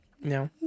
No